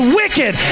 wicked